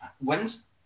when's